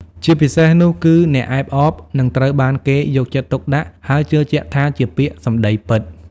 ជាពិសេសនោះគឺ អ្នកអែបអប និងត្រូវបានគេយកចិត្តទុកដាក់ ហើយជឿជាក់ថាជាពាក្យសម្ដីពិត។